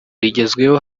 rigezweho